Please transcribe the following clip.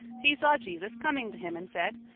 he saw jesus coming to him, and said,